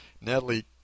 Natalie